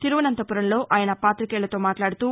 తిరువనంతపురంలో ఆయన పాతికేయులతో మాట్లాడుతూ